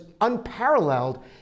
unparalleled